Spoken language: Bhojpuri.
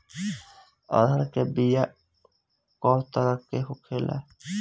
अरहर के बिया कौ तरह के होला?